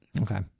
Okay